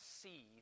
see